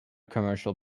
commercial